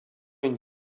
une